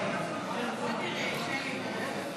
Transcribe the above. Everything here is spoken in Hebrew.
ההצעה להעביר את הצעת חוק לתיקון פקודת מיסי העירייה